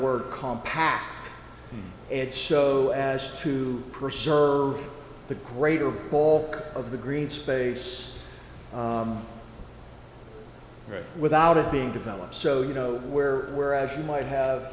word compact and show as to preserve the great over all of the green space without it being developed so you know where whereas you might have